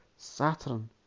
Saturn